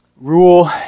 Rule